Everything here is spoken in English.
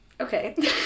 Okay